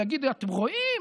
הוא יגיד: אתם רואים,